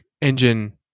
engine